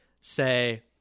say